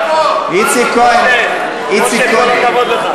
מאיפה הם באים?